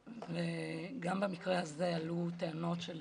גם במקרה הזה עלו טענות של